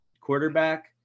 quarterback